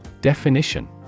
Definition